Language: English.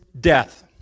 death